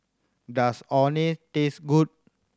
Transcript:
does Orh Nee taste good